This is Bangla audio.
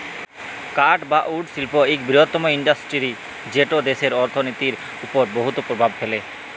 কাঠ বা উড শিল্প ইক বিরহত্তম ইল্ডাসটিরি যেট দ্যাশের অথ্থলিতির উপর বহুত পরভাব ফেলে